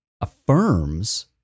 affirms